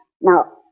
Now